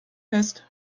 fest